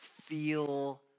feel